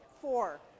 Four